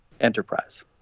enterprise